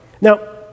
Now